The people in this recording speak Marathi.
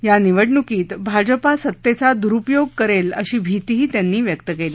या निवडणुकीत भाजपा सतेचा द्रुपयोग करेल अशी भीतीही त्यांनी व्यक्त केली